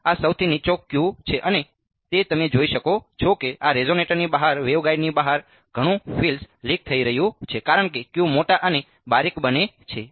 તેથી આ સૌથી નીચો Q છે અને તે તમે જોઈ શકો છો કે આ રેઝોનેટરની બહાર વેવગાઈડની બહાર ઘણું ફિલ્ડ્સ લીક થઈ રહ્યું છે કારણ કે Q મોટા અને બારીક બને છે